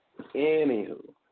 Anywho